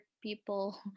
people